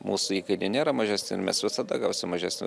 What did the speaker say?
mūsų įkainiai nėra mažesni ir mes visada gausim mažesnį